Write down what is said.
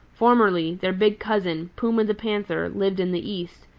formerly, their big cousin, puma the panther, lived in the east,